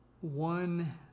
one